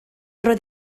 roedd